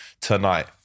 tonight